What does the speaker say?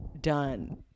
done